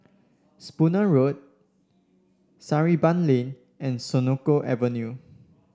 Spooner Road Sarimbun Lane and Senoko Avenue